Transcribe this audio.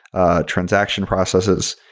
ah transaction processes,